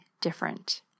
different